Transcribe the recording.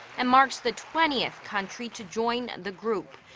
and marks the twentieth country to join the group.